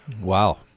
Wow